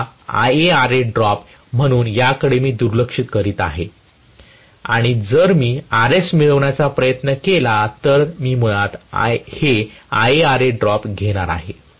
मूलत IaRa drop म्हणून याकडे मी दुर्लक्ष करीत आहे आणि जर मी Rs मिळवण्याचा प्रयत्न केला तर मी मुळात हे IaRa ड्रॉप घेणार आहे